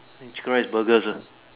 chicken rice burgers ah